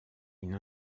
une